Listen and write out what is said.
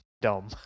dumb